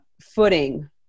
footing